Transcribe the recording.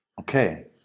Okay